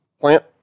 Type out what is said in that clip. Plant